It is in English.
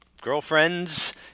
girlfriends